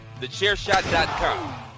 TheChairShot.com